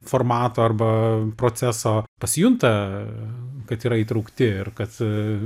formato arba proceso pasijunta kad yra įtraukti ir kad